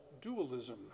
dualism